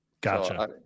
Gotcha